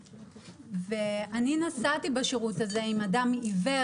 אני נסעתי בשירות הזה עם אדם עיוור